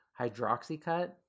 hydroxycut